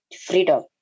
freedom